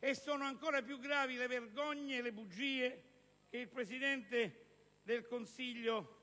e sono ancora più gravi le vergogne e le bugie che il Presidente del Consiglio